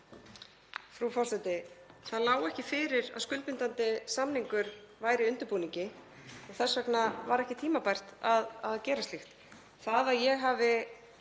forseti. Það lá ekki fyrir að skuldbindandi samningur væri í undirbúningi og þess vegna var ekki tímabært að gera slíkt. Það að ég hafi